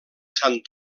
sant